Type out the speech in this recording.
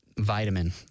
vitamin